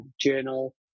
journal